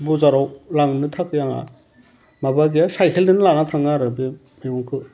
बजाराव लांनो थाखाय आंहा माबा गैया साइकेलजों लाना थाङो आरो बे मेगंखौ